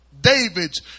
David's